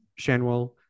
Shanwell